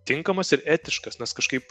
tinkamas ir etiškas nes kažkaip